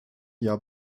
jahr